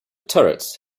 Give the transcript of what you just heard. turrets